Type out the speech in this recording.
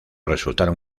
resultaron